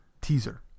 teaser